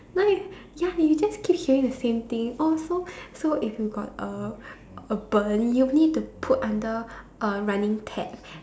like ya you just keep hearing the same thing oh so so if you got a a burn you need to put under a running tap